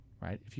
right